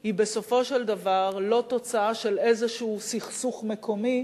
היא בסופו של דבר לא תוצאה של איזה סכסוך מקומי